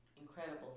Incredible